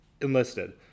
enlisted